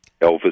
Elvis